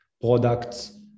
products